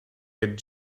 get